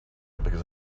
because